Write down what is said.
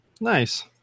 Nice